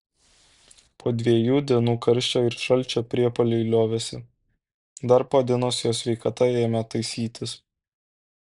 po dviejų dienų karščio ir šalčio priepuoliai liovėsi dar po dienos jo sveikata ėmė taisytis